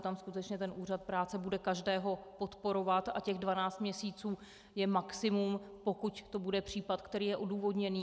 Tam skutečně úřad práce bude každého podporovat a těch 12 měsíců je maximum, pokud to bude případ, který je odůvodněný.